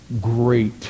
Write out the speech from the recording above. Great